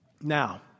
Now